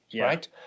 right